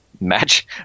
match